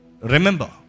Remember